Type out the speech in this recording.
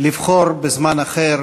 לבחור בזמן אחר